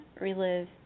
relive